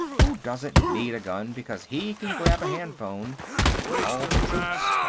who doesn't need a gun because he can grab a handphone and call for troops.